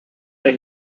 they